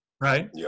right